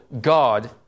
God